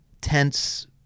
tense